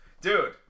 Dude